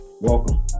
Welcome